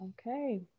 Okay